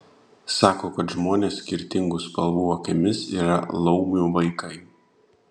sako kad žmonės skirtingų spalvų akimis yra laumių vaikai